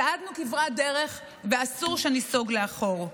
צעדנו כברת דרך, ואסור שניסוג לאחור.